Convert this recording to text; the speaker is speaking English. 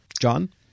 John